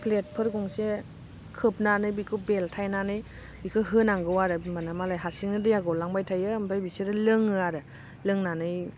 प्लेटफोर गंसे खोबनानै बेखौ बेल्थायनानै बेखौ होनांगौ आरो होनबानो मालाय हासिंनो दा गलांबाय थायो बिसोर लोङो आरो लोंनानै